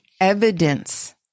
evidence